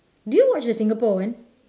do you watch the singapore one